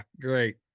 great